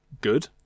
good